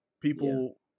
people